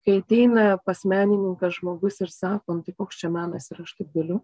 kai ateina pas menininką žmogus ir sako nu tai koks čia menas ir aš taip galiu